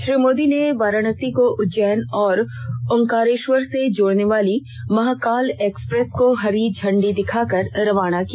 श्री मोदी ने वाराणसी को उज्जैन और ओंकारेश्वर से जोड़ने वाली महाकाल एक्सप्रेस को इंडी दिखाकर रवाना किया